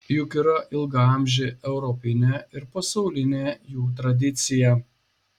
juk yra ilgaamžė europinė ir pasaulinė jų tradicija